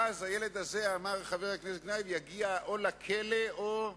והילד הזה, אמר חבר הכנסת גנאים, יגיע או לכלא או,